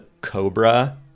cobra